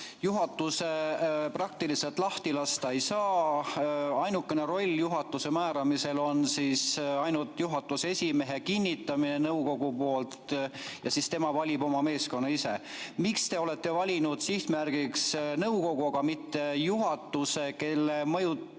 juhatust praktiliselt lahti lasta ei saa, ainukene roll juhatuse määramisel on juhatuse esimehe kinnitamine nõukogu poolt ja siis tema valib oma meeskonna ise. Miks te olete valinud sihtmärgiks nõukogu, aga mitte juhatuse, kelle,